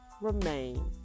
remain